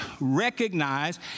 recognize